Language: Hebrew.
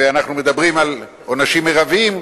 ואנחנו מדברים על עונשים מרביים,